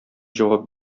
җавап